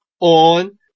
on